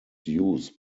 used